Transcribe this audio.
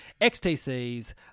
XTC's